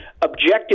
objective